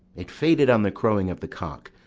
it faded on the crowing of the cock.